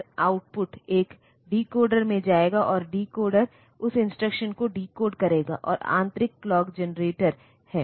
तब आपके पास कुछ इंटरप्ट अखनोव्लेद्गेमेन्ट हैं INTA बार लाइन